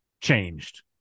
changed